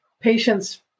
patients